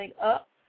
up